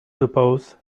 suppose